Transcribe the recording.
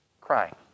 crying